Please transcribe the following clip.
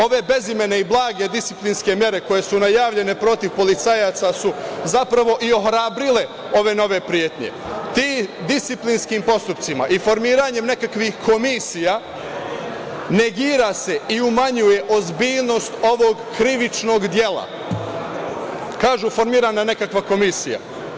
Ove bezimene i blage disciplinske mere koje su najavljene protiv policajaca su zapravo i ohrabrile ove nove pretnje, tim disciplinskim postupcima i formiranje nekakvih komisija, negira se i umanjuje ozbiljnost ovog krivičnog dela, kažu – formirana je nekakva komisija.